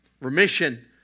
remission